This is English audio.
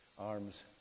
arms